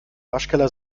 waschkeller